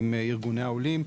עם ארגוני העולים,